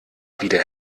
wieder